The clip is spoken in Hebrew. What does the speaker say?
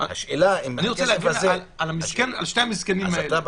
אני רוצה להגן על שני המסכנים האלה.